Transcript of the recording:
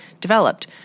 developed